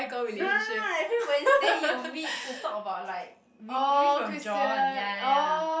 no no no every Wednesday you meet to talk about like w~ we from John ya ya ya